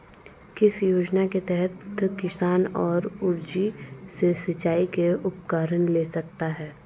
किस योजना के तहत किसान सौर ऊर्जा से सिंचाई के उपकरण ले सकता है?